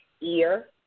ear